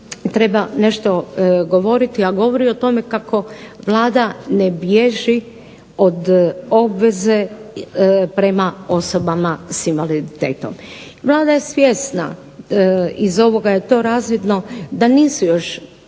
nešto govoriti, a govori o tome kako Vlada ne bježi od obveze prema osobama s invaliditetom. Vlada je svjesna, iz ovoga je to razvidno, da nisu još